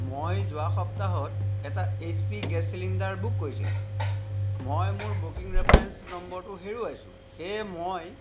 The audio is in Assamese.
মই যোৱা সপ্তাহত এটা H P gas cylinder book কৰিছিলোঁ মই মোৰ বুকিং ৰেফাৰেঞ্চ নম্বৰটো হেৰুৱাইছোঁ সেয়েহে মই